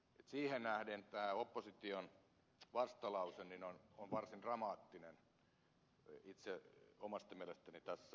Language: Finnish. siihen nähden opposition vastalause on omasta mielestäni tässä